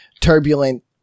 turbulent